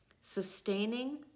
sustaining